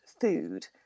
food